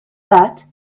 but